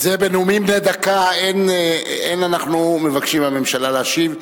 בנאומים בני דקה אין אנחנו מבקשים מהממשלה להשיב.